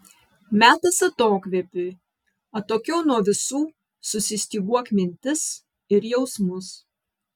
metas atokvėpiui atokiau nuo visų susistyguok mintis ir jausmus